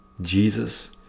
Jesus